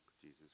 Jesus